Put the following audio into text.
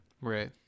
Right